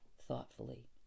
thoughtfully